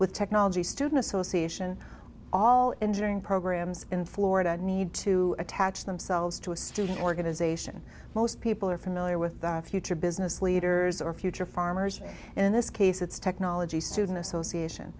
with technology student association all enduring programs in florida need to attach themselves to a student organization most people are familiar with the future business leaders or future farmers in this case it's technology student association